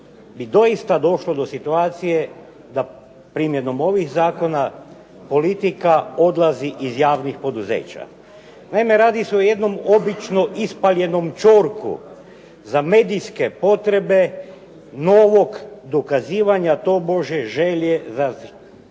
bi doista došlo do situacije da primjenom ovih zakona politika odlazi iz javnih poduzeća. Naime, radi se o jednom obično ispaljenom ćorku za medijske potrebe novog dokazivanja tobože želje za